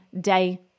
day